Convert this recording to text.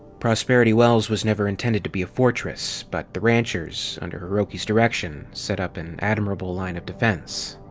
prosperity wells was never intended to be a fortress, but the ranchers, under hiroki's direction, set up an admirable line of defense.